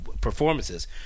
performances